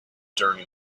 during